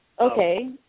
okay